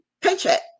paycheck